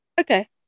Okay